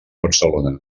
barcelona